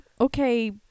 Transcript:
Okay